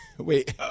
Wait